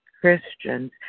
Christians